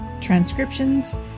transcriptions